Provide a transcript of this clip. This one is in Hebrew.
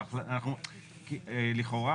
לכאורה,